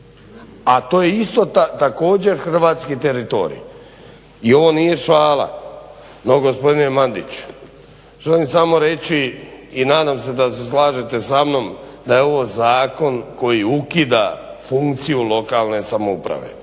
a to je isto također hrvatski teritorij. I ovo nije šala. No, gospodine Mandić želim samo reći i nadam se da se slažete samnom da je ovo zakon koji ukida funkciju lokalne samouprave.